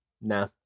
nah